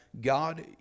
God